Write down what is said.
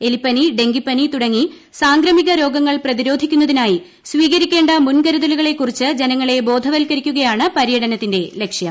എലിപ്പനി ഡെങ്കിപ്പനി തുടങ്ങി സാംക്രമിക രോഗങ്ങൾ പ്രതിരോധിക്കുന്നതിനായി സ്വീകരിക്കേണ്ട മുൻകരുതലുകളെക്കുറിച്ച് ബോധവത്കരിക്കുകയാണ് ജനങ്ങളെ പര്യടനത്തിന്റെ ലക്ഷ്യം